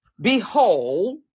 Behold